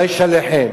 וישלחם,